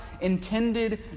intended